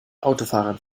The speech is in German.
autofahrern